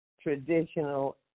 traditional